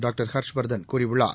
doctor Harshvardhan கூறியுள்ளார்